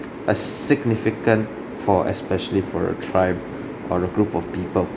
a significant for especially for a tribe or a group of people